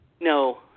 No